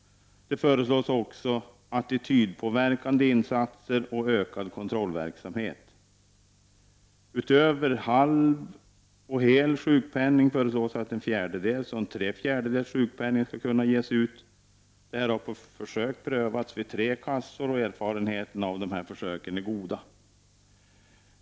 Det föreslås också attitydpåverkande insatser och ökad kontrollverksamhet. Utöver hel och halv sjukpenning föreslås att en fjärdedels och tre fjärdedels sjukpenning skall kunna ges ut. Detta har på försök prövats vid tre kassor, och erfarenheterna av försöken är goda.